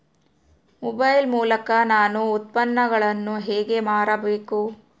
Mobile ಮೂಲಕ ನಾನು ಉತ್ಪನ್ನಗಳನ್ನು ಹೇಗೆ ಮಾರಬೇಕು?